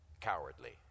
Cowardly